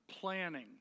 planning